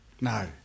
no